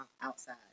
outside